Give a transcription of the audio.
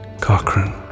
Cochrane